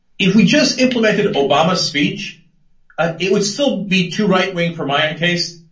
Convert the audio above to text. if we just implemented obama speech ah. it would still be too right wing for my taste